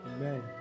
Amen